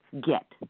get